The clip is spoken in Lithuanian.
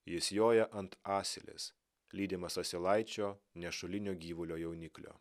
jis joja ant asilės lydimas asilaičio nešulinio gyvulio jauniklio